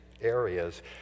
areas